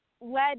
Led